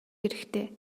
хэрэгтэй